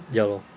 ya lor